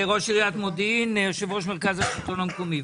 ראש עיריית מודיעין ויושב ראש מרכז השלטון המקומי.